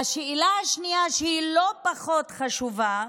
והשאלה השנייה, שהיא לא פחות חשובה,